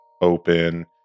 open